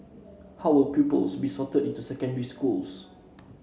how will pupils be sorted into secondary schools